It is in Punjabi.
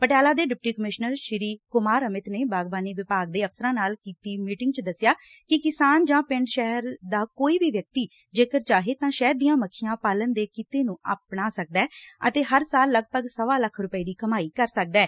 ਪਟਿਆਲਾ ਦੇ ਡਿਪਟੀ ਕਮਿਸ਼ਨਰ ਸ੍ਰੀ ਕੁਮਾਰ ਅਮਿਤ ਨੇ ਬਾਗਬਾਨੀ ਵਿਭਾਗ ਦੇ ਅਫ਼ਸਰਾਂ ਨਾਲ ਕੀਤੀ ਮੀਟਿੰਗ 'ਚ ਦੱਸਿਆ ਕਿ ਕਿਸਾਨ ਜਾਂ ਪਿੰਡ ਸ਼ਹਿਰ ਦਾ ਕੋਈ ਵੀ ਵਿਅਕਤੀ ਜੇਕਰ ਚਾਹੇ ਤਾਂ ਸ਼ਹਿਦ ਦੀਆਂ ਮੱਖੀਆਂ ਪਾਲਣ ਦੇ ਕਿੱਤੇ ਨੂੰ ਅਪਣਾ ਸਕਦਾ ਹੈ ਅਤੇ ਹਰ ਸਾਲ ਲਗਭਗ ਸਵਾ ਲੱਖ ਰੁਪਏ ਦੀ ਕਮਾਈ ਕਰ ਸਕਦਾ ਹੈ